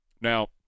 Now